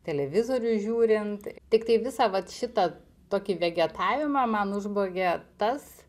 televizorių žiūrint tiktai visą vat šitą tokį vegetavimą man užbaigė tas